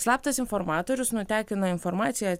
slaptas informatorius nutekino informaciją